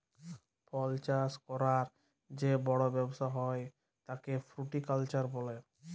ফল চাষ ক্যরার যে বড় ব্যবসা হ্যয় তাকে ফ্রুটিকালচার বলে